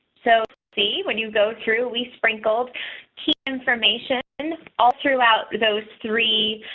so, see, when you go through we sprinkled key information and all throughout those three